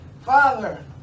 father